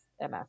ms